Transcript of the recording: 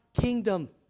kingdom